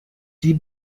die